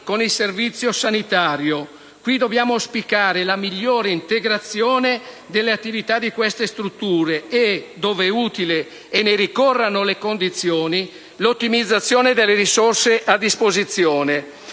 con il Servizio sanitario. Qui dobbiamo auspicare la migliore integrazione delle attività di queste strutture e, dove utile e ne ricorrano le condizioni, l'ottimizzazione delle risorse a disposizione.